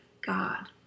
God